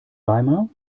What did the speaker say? weimar